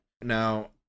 Now